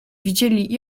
widzieli